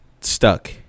stuck